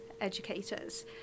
educators